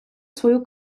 свою